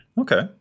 Okay